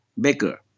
baker